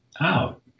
out